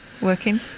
working